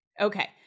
Okay